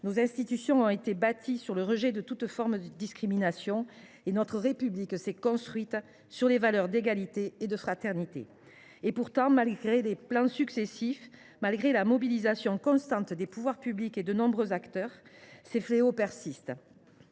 nos institutions ont été bâties sur le rejet de toute forme de discrimination, notre République s’est construite sur les valeurs d’égalité et de fraternité. Et pourtant, malgré des plans successifs et la mobilisation constante des pouvoirs publics et de nombre d’acteurs, ces fléaux persistent.